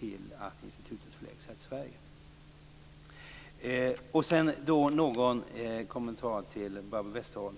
till att institutet förläggs här i Sverige. Sedan har jag några kommentarer till Barbro Westerholm.